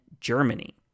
Germany